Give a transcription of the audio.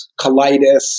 colitis